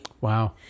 Wow